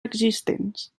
existents